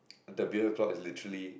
the beer clock is literally